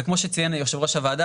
וכמו שציין יושב ראש הוועדה,